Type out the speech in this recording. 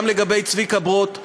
גם לגבי צביקה ברוט: